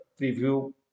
preview